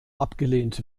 abgelehnt